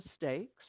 mistakes